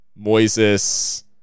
Moises